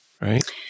Right